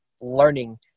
learning